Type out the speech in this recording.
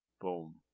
Boom